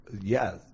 yes